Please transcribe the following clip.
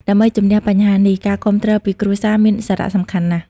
ដើម្បីជម្នះបញ្ហានេះ ការគាំទ្រពីគ្រួសារ មានសារៈសំខាន់ណាស់។